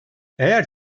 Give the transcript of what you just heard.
eğer